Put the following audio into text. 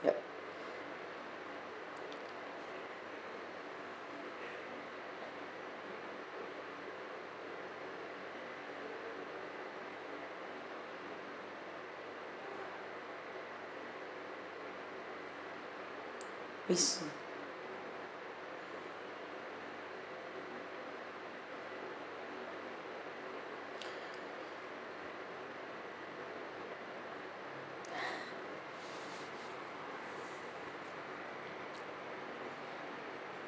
ya with